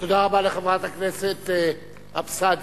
תודה רבה לחברת הכנסת אבסדזה.